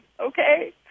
okay